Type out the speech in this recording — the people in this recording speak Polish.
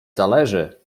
zależy